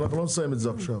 אנחנו לא נסיים את זה עכשיו,